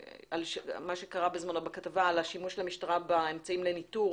מה שנאמר בכתבה על השימוש של המשטרה באמצעים לניטור